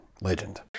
legend